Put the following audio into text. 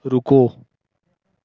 रुको